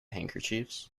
handkerchiefs